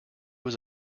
was